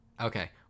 Okay